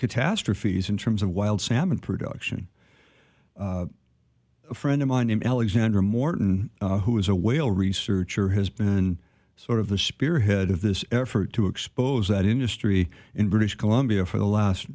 catastrophes in terms of wild salmon production a friend of mine in alexandra morton who is a whale researcher has been sort of the spearhead of this effort to expose that industry in british columbia for the last